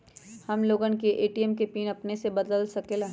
हम लोगन ए.टी.एम के पिन अपने से बदल सकेला?